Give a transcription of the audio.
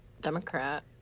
Democrat